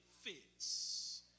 fits